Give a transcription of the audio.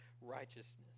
righteousness